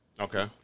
Okay